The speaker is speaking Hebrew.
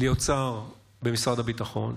להיות שר במשרד הביטחון,